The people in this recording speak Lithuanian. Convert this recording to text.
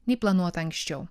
nei planuota anksčiau